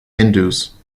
hindus